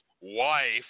wife